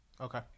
Okay